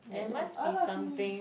I love all of me